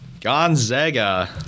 Gonzaga